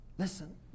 Listen